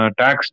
tax